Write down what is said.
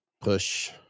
push